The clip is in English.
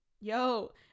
Yo